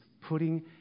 putting